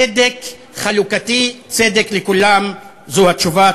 צדק חלוקתי, צדק לכולם, זו התשובה.